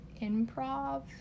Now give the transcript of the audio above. improv